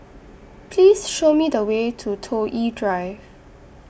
Please Show Me The Way to Toh Yi Drive